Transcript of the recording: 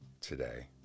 today